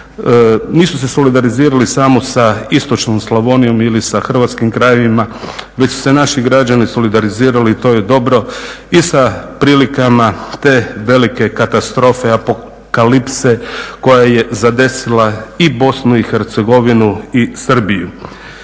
Nisu se solidarizirali samo sa istočnom Slavonijom ili sa hrvatskim krajevima već su se naši građani solidarizirali i to je dobro i sa prilikama te velike katastrofe, apokalipse koja je zadesila i Bosnu i Hercegovinu i Srbiju.